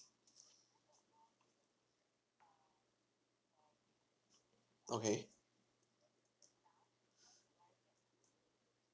okay